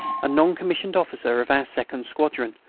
a non-commissioned officer of our second squadron,